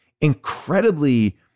incredibly